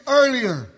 earlier